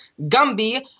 Gumby